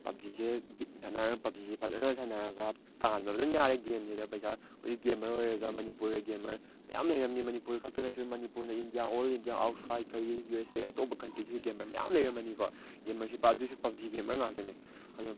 ꯄꯞꯖꯤꯁꯦ ꯒꯦꯝ ꯁꯥꯟꯅꯔ ꯄꯞꯖꯤꯁꯦ ꯐꯖꯅ ꯁꯥꯟꯅꯔꯒ ꯇꯥꯟꯕ ꯐꯖꯅ ꯌꯥꯔꯦ ꯒꯦꯝꯁꯤꯗ ꯄꯩꯁꯥ ꯍꯧꯖꯤꯛ ꯒꯦꯝꯃꯔ ꯑꯣꯏꯔꯒ ꯃꯅꯤꯄꯨꯔꯗ ꯒꯦꯝꯃꯔ ꯃꯌꯥꯝ ꯂꯩꯔꯝꯅꯤ ꯃꯅꯤꯄꯨꯔ ꯈꯛꯇ ꯅꯠꯇ꯭ꯔꯦ ꯃꯅꯤꯄꯨꯔꯅ ꯏꯟꯗꯤꯌꯥ ꯑꯣꯜ ꯏꯟꯗꯤꯌꯥ ꯑꯥꯎꯠꯁꯥꯏꯠ ꯀꯔꯤ ꯌꯨ ꯑꯦꯁ ꯑꯦ ꯑꯇꯣꯞꯄ ꯀꯟꯇ꯭ꯔꯤꯗꯁꯨ ꯒꯦꯝꯃꯔ ꯃꯌꯥꯝ ꯂꯩꯔꯝꯃꯅꯤꯀꯣ ꯒꯦꯝꯃꯔꯁꯦꯄ ꯑꯗꯨꯁꯨ ꯄꯞꯖꯤ ꯒꯦꯝꯃꯔ ꯉꯥꯛꯇꯅꯤ ꯑꯗꯣ